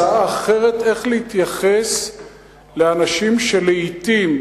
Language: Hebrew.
הצעה אחרת איך להתייחס לאנשים שלעתים,